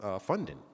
funding